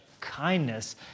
kindness